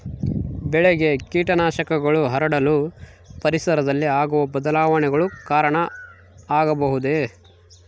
ಬೆಳೆಗೆ ಕೇಟನಾಶಕಗಳು ಹರಡಲು ಪರಿಸರದಲ್ಲಿ ಆಗುವ ಬದಲಾವಣೆಗಳು ಕಾರಣ ಆಗಬಹುದೇ?